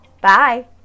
Bye